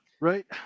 Right